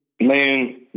Man